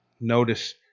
Notice